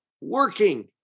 working